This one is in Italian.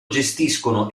gestiscono